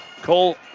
Cole